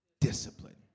discipline